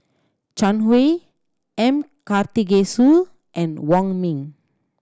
Zhang Hui M Karthigesu and Wong Ming